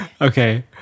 Okay